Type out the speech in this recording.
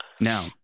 Now